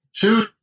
two